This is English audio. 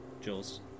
Jules